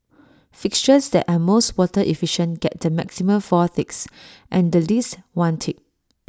fixtures that are most water efficient get the maximum four ticks and the least one tick